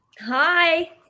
Hi